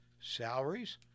salaries